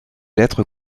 lettres